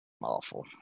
awful